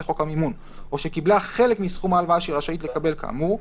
לחוק המימון או שקיבלה חלק מסכום ההלוואה שהיא רשאית לקבל כאמור,